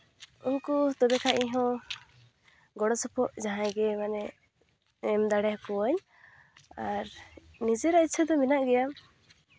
ᱩᱱᱠᱩ ᱛᱚᱵᱮ ᱠᱷᱟᱡ ᱦᱚᱸ ᱜᱚᱲᱚᱥᱚᱯᱚᱦᱚᱫᱽ ᱡᱟᱦᱟᱸᱭ ᱜᱮ ᱢᱟᱱᱮ ᱮᱢ ᱫᱟᱲᱮ ᱠᱚᱣᱟᱧ ᱟᱨ ᱱᱤᱡᱮᱨᱟᱜ ᱤᱪᱪᱷᱟᱹ ᱫᱚ ᱢᱮᱱᱟᱜ ᱜᱮᱭᱟ